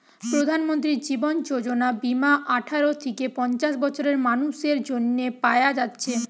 প্রধানমন্ত্রী জীবন যোজনা বীমা আঠারো থিকে পঞ্চাশ বছরের মানুসের জন্যে পায়া যাচ্ছে